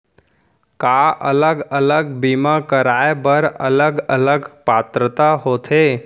का अलग अलग बीमा कराय बर अलग अलग पात्रता होथे?